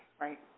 Right